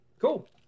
Cool